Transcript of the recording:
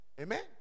Amen